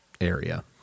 area